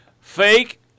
fake